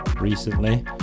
recently